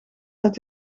uit